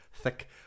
thick